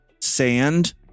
sand